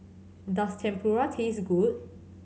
does Tempura taste good